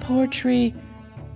poetry